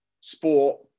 sport